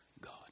God